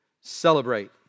celebrate